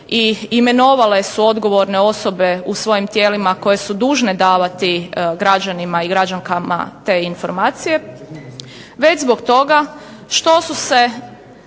i imenovale su odgovorne osobe u svojim tijelima koje su dužne davati građanima i građankama te informacije, već zbog toga što su se